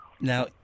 Now